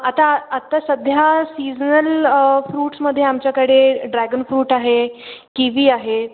आता आत्ता सध्या सीजनल फ्रूट्समध्ये आमच्याकडे ड्रॅगन फ्रूट आहे किवी आहे